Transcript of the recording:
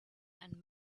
and